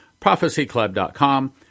prophecyclub.com